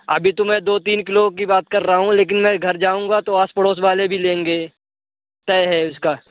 अभी तो मैं दो तीन किलो की बात कर रहा हूँ लेकिन मैं घर जाऊंगा तो आस पड़ोस वाले भी लेंगे तय है इसका